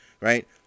right